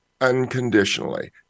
Unconditionally